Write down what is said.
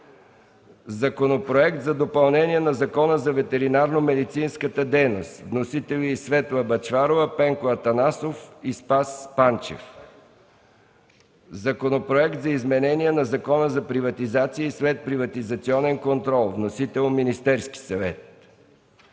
Законопроект за допълнение на Закона за ветеринарномедицинската дейност. Вносители са народните представители Светла Бъчварова, Пенко Атанасов и Спас Панчев. 5. Законопроект за изменение на Закона за приватизация и следприватизационен контрол. Вносител е Министерският съвет.